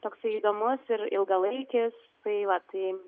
toksai įdomus ir ilgalaikis tai va tai